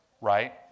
Right